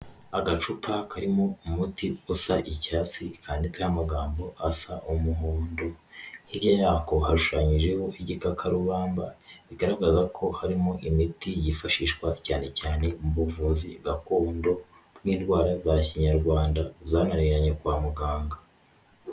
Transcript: Agacupa karimo umuti usa icyatsi kanditseho amagambo asa umuhondo. Hirya yako hashushanyijeho igikakarubamba, bigaragaza ko harimo imiti yifashishwa cyane cyane mu buvuzi gakondo bw'indwara za kinyarwanda zananiranye kwa muganga.